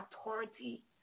authority